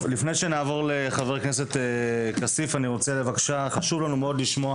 לפני שנעבור לחבר הכנסת כסיף חשוב לנו מאוד לשמוע